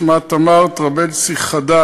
שמה תמר טרבלסי-חדד.